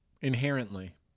Inherently